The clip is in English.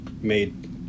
made